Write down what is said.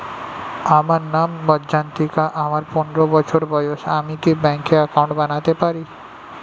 আমার নাম মজ্ঝন্তিকা, আমার পনেরো বছর বয়স, আমি কি ব্যঙ্কে একাউন্ট বানাতে পারি?